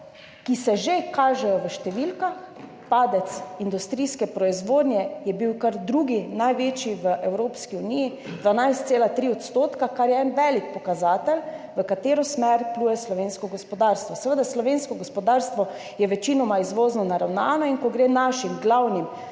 ki se že kažejo v številkah. Padec industrijske proizvodnje je bil kar drugi največji v Evropski uniji, 12,3 %, kar je en velik pokazatelj, v katero smer pluje slovensko gospodarstvo. Seveda je slovensko gospodarstvo večinoma izvozno naravnano in ko gre našim glavnim